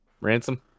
Ransom